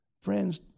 Friends